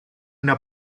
una